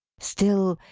still,